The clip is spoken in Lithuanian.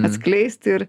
atskleisti ir